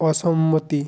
অসম্মতি